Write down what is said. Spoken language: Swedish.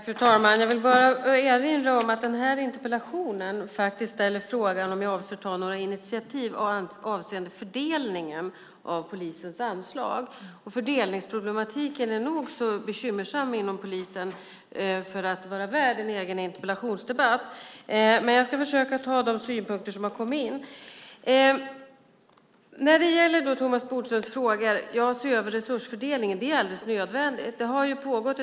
Fru talman! Jag vill bara erinra om att frågan i den här interpellationen faktiskt är om jag avser att ta några initiativ avseende fördelningen av polisens anslag. Fördelningsproblematiken är nog så bekymmersam inom polisen för att vara värd en egen interpellationsdebatt. Men jag ska försöka ta upp de synpunkter som har kommit in. När det gäller Thomas Bodströms frågor kan jag säga att det är alldeles nödvändigt att se över resursfördelningen.